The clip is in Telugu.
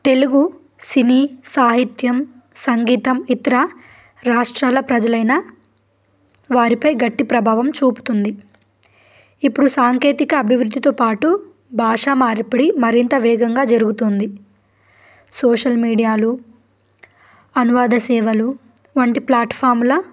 తెలుగు సినీ సాహిత్యం సంగీతం ఇతర రాష్ట్రాల ప్రజలైన వారిపై గట్టి ప్రభావం చూపుతుంది ఇప్పుడు సాంకేతిక అభివృద్ధితో పాటు భాష మార్పిడి మరింత వేగంగా జరుగుతుంది సోషల్ మీడియాలు అనువాద సేవలు వంటి ప్లాట్ఫామ్ల